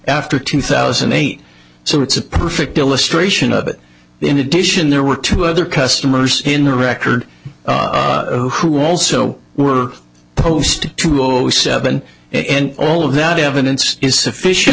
after two thousand and eight so it's a perfect illustration of it in addition there were two other customers in the record who also were opposed to zero seven and all of that evidence is sufficient